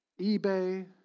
eBay